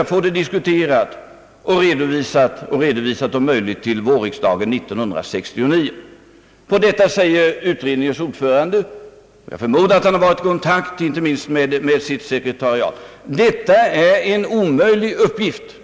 och få det diskuterat och redovisat om möjligt till vårriksdagen 1969? Utredningens ordförande svarade — jag förmodar att han har varit i kontakt med sitt sekretariat — att det är en omöjlig uppgift.